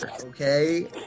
okay